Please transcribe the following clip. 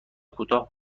کوتاه